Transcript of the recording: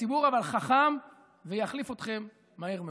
אבל הציבור חכם, והוא יחליף אתכם מהר מאוד.